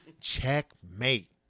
checkmate